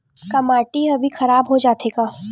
का माटी ह भी खराब हो जाथे का?